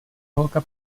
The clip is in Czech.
holka